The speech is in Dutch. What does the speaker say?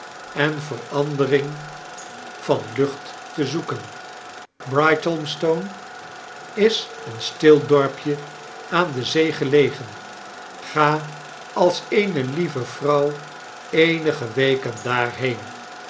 en verandering van lucht te zoeken brighthelmstone is een stil dorpje aan de zee gelegen ga als eene lieve vrouw eenige weken daarheen